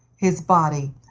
his body,